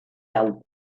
hau